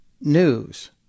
News